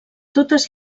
totes